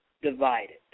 Divided